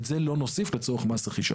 את זה לא נוסיף לצורך מס רכישה.